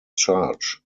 charge